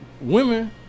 women